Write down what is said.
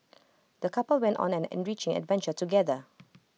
the couple went on an enriching adventure together